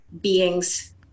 beings